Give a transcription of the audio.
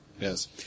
Yes